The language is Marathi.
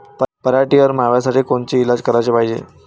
पराटीवरच्या माव्यासाठी कोनचे इलाज कराच पायजे?